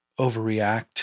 overreact